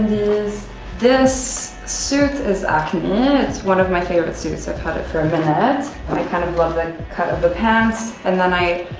this suit is acne, it's one of my favorite students. i've had it for a minute, and i kind of love the cut of the pants. and then i,